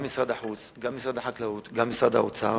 וגם במשרד החוץ, במשרד החקלאות, במשרד האוצר,